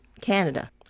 Canada